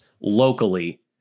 locally